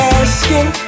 asking